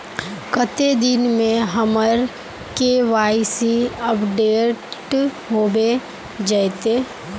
कते दिन में हमर के.वाई.सी अपडेट होबे जयते?